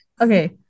Okay